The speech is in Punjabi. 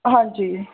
ਹਾਂਜੀ